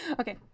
Okay